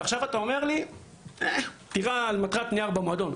ועכשיו אתה אומר לי לירות על מטרת נייר במועדון?